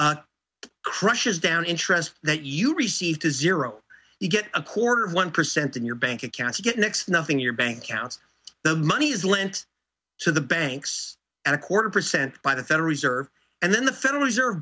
he crushes down interest that you received a zero you get a quarter of one percent in your bank account to get next to nothing your bank account the money is lent to the banks and a quarter percent by the federal reserve and then the federal reserve